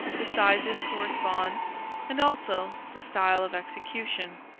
the sizes correspond and also the style of execution.